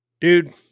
dude